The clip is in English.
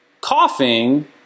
coughing